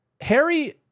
Harry